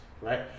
right